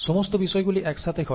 সমস্ত বিষয়গুলি একসাথে ঘটে